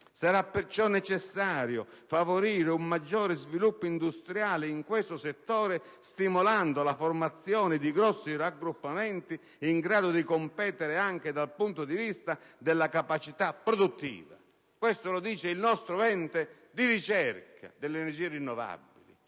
Sarà perciò necessario favorire un maggior sviluppo industriale in questo settore, stimolando la formazione di grossi raggruppamenti in grado di competere anche dal punto di vista della capacità produttiva. Questo lo dice il nostro ente di ricerca sulle energie rinnovabili